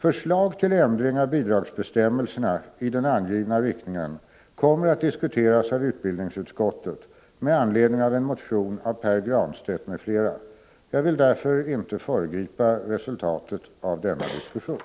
Förslag till ändring av bidragsbestämmelserna i den angivna riktningen kommer att diskuteras av utbildningsutskottet med anledning av en motion av Pär Granstedt m.fl. Jag vill inte föregripa resultatet av denna diskussion.